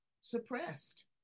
suppressed